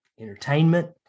entertainment